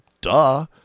duh